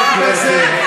הכול מוקלט.